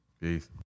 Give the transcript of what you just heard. Peace